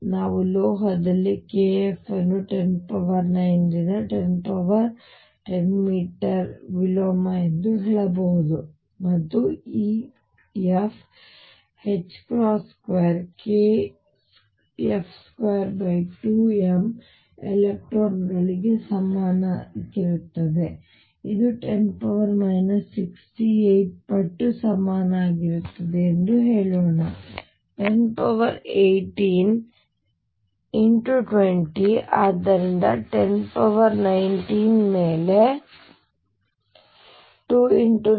ಆದ್ದರಿಂದ ನಾವು ಲೋಹದಲ್ಲಿ kF ಅನ್ನು 109 ರಿಂದ 1010 ಮೀಟರ್ ವಿಲೋಮ ಎಂದು ಹೇಳಬಹುದು ಮತ್ತು F 2kF22m ಎಲೆಕ್ಟ್ರಾನ್ ಗಳಿಗೆ ಸಮನಾಗಿರುತ್ತದೆ ಇದು 10 68 ಪಟ್ಟು ಸಮನಾಗಿರುತ್ತದೆ ಎಂದು ಹೇಳೋಣ 1018 20 ಆದ್ದರಿಂದ 1019 ಮೇಲೆ 2×9